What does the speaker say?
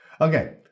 okay